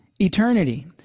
eternity